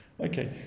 Okay